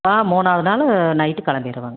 ஆ மூணாவது நாள் நைட்டு கிளம்பிடுவேங்க